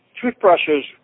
Toothbrushes